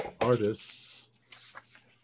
Artists